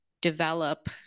develop